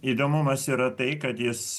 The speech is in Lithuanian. įdomumas yra tai kad jis